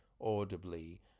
audibly